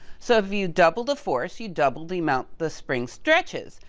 so, if you double the force, you double the amount the spring stretches,